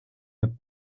with